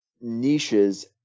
niches